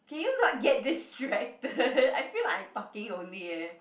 can you not get distracted I feel like I'm talking only eh